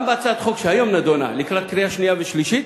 גם בהצעת החוק שהיום נדונה לקראת קריאה שנייה ושלישית,